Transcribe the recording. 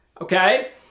okay